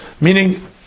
meaning